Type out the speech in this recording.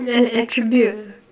an attribute